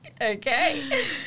Okay